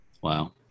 Wow